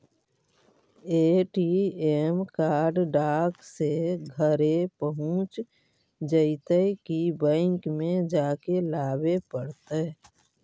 ATM card डाक से घरे पहुँच जईतै कि बैंक में जाके लाबे पड़तै?